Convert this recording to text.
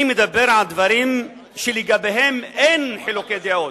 אני מדבר על דברים שלגביהם אין חילוקי דעות.